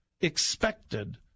expected